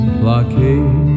blockade